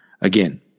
again